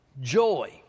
joy